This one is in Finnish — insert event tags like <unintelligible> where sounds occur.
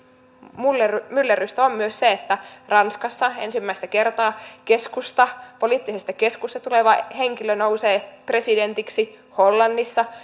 myllerrystä on myös se että ranskassa ensimmäistä kertaa poliittisesta keskustasta tuleva henkilö nousee presidentiksi hollannissa <unintelligible>